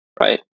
right